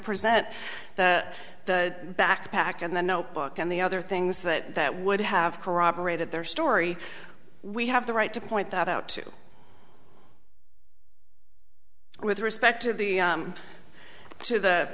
present the backpack and the notebook and the other things that that would have corroborated their story we have the right to point that out with respect to the to the